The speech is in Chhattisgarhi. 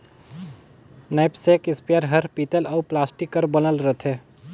नैपसेक इस्पेयर हर पीतल अउ प्लास्टिक कर बनल रथे